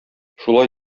шулай